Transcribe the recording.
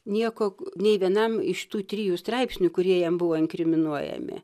nieko nei vienam iš tų trijų straipsnių kurie jam buvo inkriminuojami